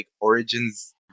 origins